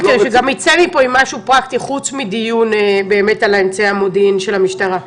כדי שנצא מפה עם משהו פרקטי פרט לדיון על אמצעי המודיעין של המשטרה.